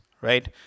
Right